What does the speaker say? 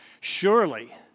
surely